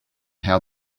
how